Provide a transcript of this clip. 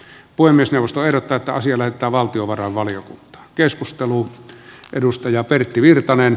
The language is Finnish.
puhemiesneuvosto ehdottaa että asia lähetetään valtiovarainvaliokuntaan keskusteluun edustaja pertti virtanen